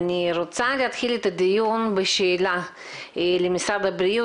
אני רוצה להתחיל את הדיון בשאלה למשרד הבריאות,